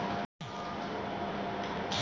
समाजिक योजना से का लाभ होखेला?